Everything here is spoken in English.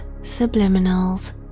subliminals